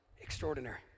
extraordinary